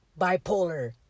bipolar